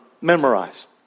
memorize